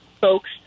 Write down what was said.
Folks